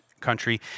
country